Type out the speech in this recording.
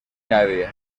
nadie